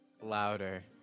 Louder